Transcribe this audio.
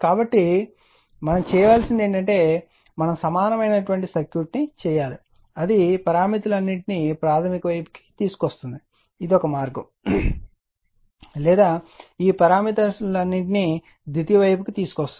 కాబట్టి ఇప్పుడు మనం చేయవలసింది ఏమిటంటే మనం సమానమైన సర్క్యూట్ చేయవలసి ఉంటుంది అది ఈ పారామితులన్నింటినీ ప్రాధమిక వైపుకు తీసుకువస్తుంది ఇది ఒక మార్గం లేదా ఈ పారామితులన్నింటినీ ద్వితీయ వైపుకు తీసుకువస్తుంది